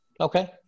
Okay